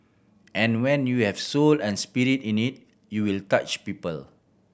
and when you have soul and spirit in it you will touch people